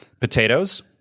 Potatoes